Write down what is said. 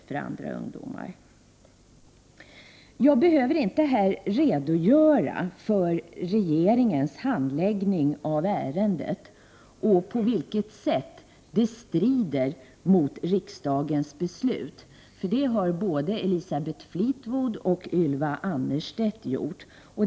Jag behöver här inte redogöra för regeringens handläggning av ärendet och på vilket sätt det strider mot riksdagens beslut, eftersom både Elisabeth Fleetwood och Ylva Annerstedt redan har gjort det.